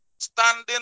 Standing